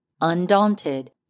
Undaunted